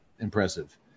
impressive